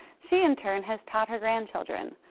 she in turn has taught her grandchildren.